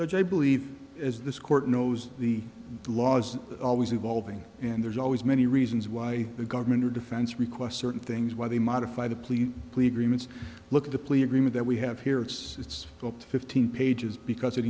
the j believe is this court knows the law's always evolving and there's always many reasons why the government or defense requests certain things why they modify the plea plead remits look at the plea agreement that we have here it's it's up to fifteen pages because it